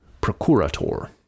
procurator